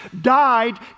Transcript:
died